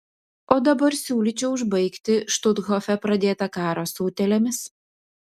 o dabar siūlyčiau užbaigti štuthofe pradėtą karą su utėlėmis